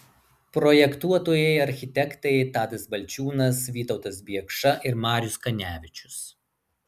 projektuotojai architektai tadas balčiūnas vytautas biekša ir marius kanevičius